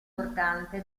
portante